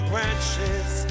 branches